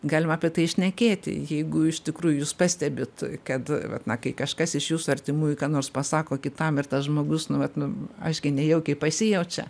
galima apie tai šnekėti jeigu iš tikrųjų jūs pastebit kad vat na kai kažkas iš jūsų artimųjų ką nors pasako kitam ir tas žmogus nu vat nu aiškiai nejaukiai pasijaučia